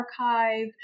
archive